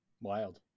Wild